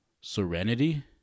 serenity